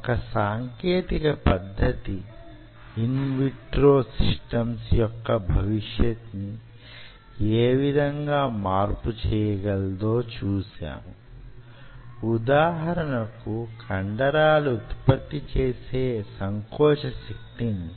ఒక సాంకేతిక పద్ధతి ఇన్ విట్రో సిస్టమ్స్ యొక్క భవిష్యత్తుని యే విధంగా మార్పు చెయ్యగలదో చూసాము ఉదాహరణకు కండరాలు ఉత్పత్తి చేసే సంకోచ శక్తిని